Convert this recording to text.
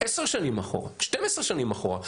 עשר שנים אחורה, 12 שנים אחורה.